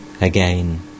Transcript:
Again